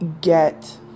get